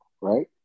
Right